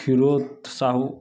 Kshirod Sahu